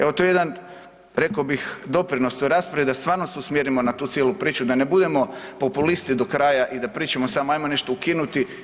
Evo to je jedan, rekao bih doprinos toj raspravi da stvarno se usmjerimo na cijelu tu priču, da ne budemo populisti do kraja i da pričamo samo ajmo nešto ukinuti.